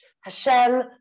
Hashem